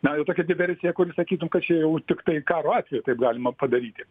na jau tokia diversija kuri sakytum kad čia jau tiktai karo atveju taip galima padaryti